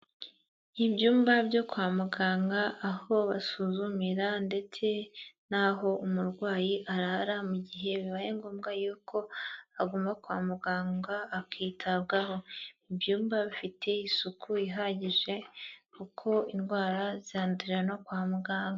Ibyumba byo kwa muganga aho basuzumira ndetse n'aho umurwayi arara mu gihe bibaye ngombwa yuko aguma kwa muganga akitabwaho, ibyumba bifite isuku ihagije kuko indwara zandurira no kwa muganga.